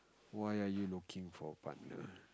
why are you looking for a partner